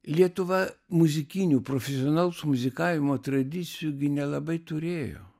lietuva muzikinių profesionalaus muzikavimo tradicijų gi nelabai turėjo